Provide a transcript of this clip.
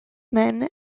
men